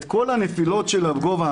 כל התאונות של הגובה,